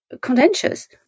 contentious